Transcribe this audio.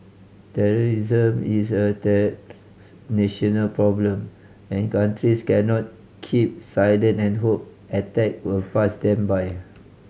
terrorism is a national problem and countries cannot keep silent and hope attack will pass them by